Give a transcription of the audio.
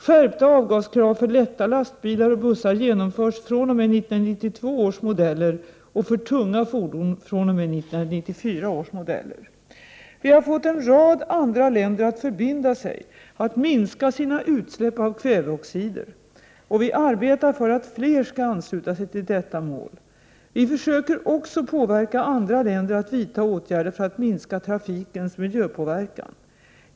Skärpta avgaskrav för lätta lastbilar och bussar genomförs fr.o.m. 1992 års modeller och för tunga fordon fr.o.m. 1994 års modeller. Vi har fått en rad andra länder att förbinda sig att minska sina utsläpp av kväveoxider, och vi arbetar för att fler skall ansluta sig till detta mål. Vi försöker också påverka andra länder att vidta åtgärder för att minska trafikens miljöpåverkan.